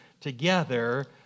together